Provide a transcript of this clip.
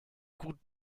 gut